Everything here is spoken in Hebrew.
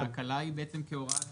אבל ההקלה היא כהוראת שעה,